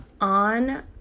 on